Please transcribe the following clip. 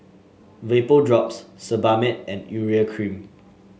Vapodrops Sebamed and Urea Cream